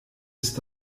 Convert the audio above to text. ist